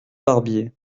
barbier